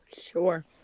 Sure